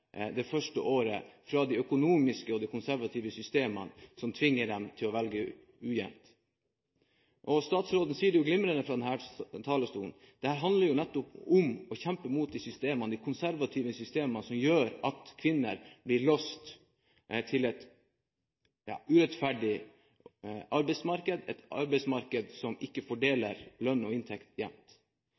fra de økonomiske og de konservative systemene, som tvinger dem til å velge ujevnt. Statsråden sier det glimrende fra denne talerstolen: Dette handler om å kjempe mot de konservative systemene, som gjør at kvinner blir låst til et urettferdig arbeidsmarked, et arbeidsmarked som ikke fordeler lønn og inntekt